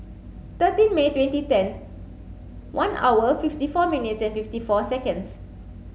thirteen May twenty ten one hour fifty four minutes and fifty four seconds